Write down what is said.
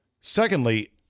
Secondly